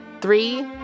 Three